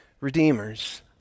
redeemers